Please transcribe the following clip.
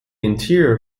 interior